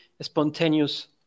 spontaneous